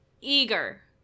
eager